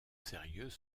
sérieux